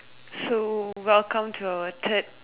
so welcome to our third